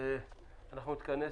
נתכנס